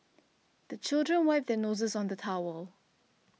the children wipe their noses on the towel